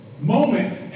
moment